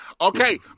Okay